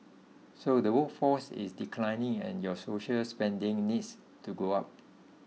so the workforce is declining and your social spending needs to go up